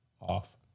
off